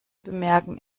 bemerken